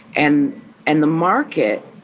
and and the market,